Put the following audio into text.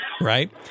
right